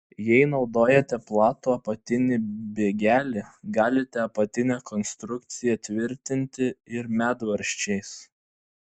jei naudojate platų apatinį bėgelį galite apatinę konstrukciją tvirtinti ir medvaržčiais